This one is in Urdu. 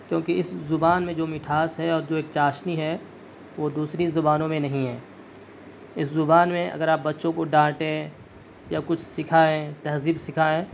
کیوںکہ اس زبان میں جو مٹھاس ہے اور جو ایک چاشنی ہے وہ دوسری زبانوں میں نہیں ہے اس زبان میں اگر آپ بچوں کو ڈانٹیں یا کچھ سکھائیں تہذیب سکھائیں